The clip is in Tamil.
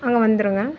அங்கே வந்துடுங்க